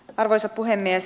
arvoisa puhemies